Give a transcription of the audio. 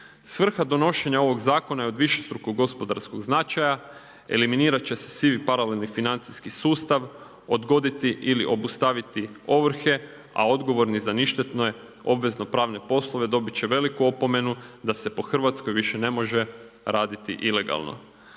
Svrha donošenja ovog zakona je od višestrukog gospodarskog značaja, eliminirat će se sivi paralelni financijski sustav, odgoditi ili obustaviti ovrhe, a odgovorni za ništetne obvezno-pravne poslove, dobit će veliku opomenu da se po Hrvatskoj više ne može raditi ilegalno.